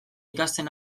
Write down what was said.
ikasten